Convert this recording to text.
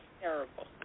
terrible